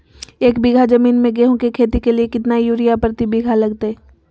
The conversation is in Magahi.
एक बिघा जमीन में गेहूं के खेती के लिए कितना यूरिया प्रति बीघा लगतय?